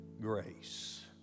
grace